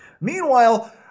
Meanwhile